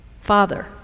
father